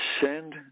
send